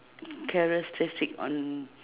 characteristic on